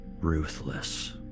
ruthless